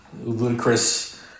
Ludicrous